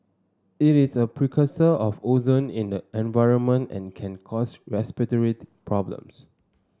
it is a precursor of ozone in the environment and can cause respiratory problems